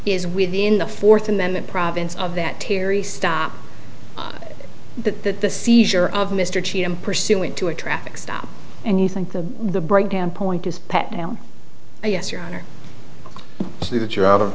is within the fourth amendment province of that terry stop that that the seizure of mr cheatham pursuant to a traffic stop and you think that the breakdown point is pet yes your honor i see that you're out of